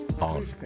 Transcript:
on